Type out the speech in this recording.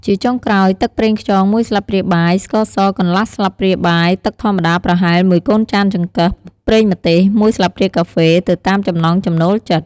ជាចុងក្រោយ ទឹកប្រេងខ្យង ១ ស្លាបព្រាបាយ ស្ករស កន្លះស្លាបព្រាបាយ ទឹកធម្មតាប្រហែល១ កូនចានចង្កឹះ ប្រេងម្ទេស ១ ស្លាបព្រាកាហ្វេ ទៅតាមចំណង់ចំណូលចិត្ត។